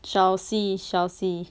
chelsea chelsea